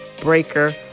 Breaker